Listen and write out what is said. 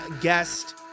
guest